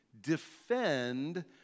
defend